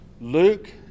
Luke